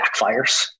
backfires